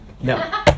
No